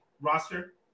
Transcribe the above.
roster